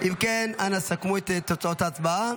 אם כן, אנא סכמו את תוצאות ההצבעה.